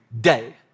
day